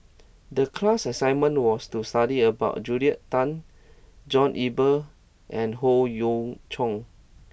the class assignment was to study about Julia Tan John Eber and Howe Yoon Chong